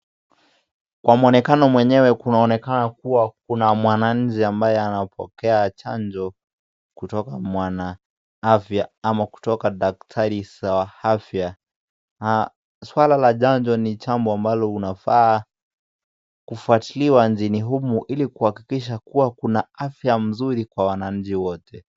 Kwa mwonekano mwenyewe kunaoneka kuwa kuna mwananchi ambaye anapokea chanjo kutoka kwa mwanaafya ama kutoka kwa daktari wa afya. Swala la chanjo ni jambo unafaa kufatiliwa nchini humu ili kuhakikisha kuwa kuna afya mzuri kwa wananchi wote.